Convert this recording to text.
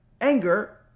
anger